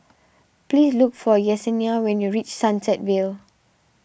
please look for Yessenia when you reach Sunset Vale